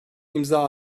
imza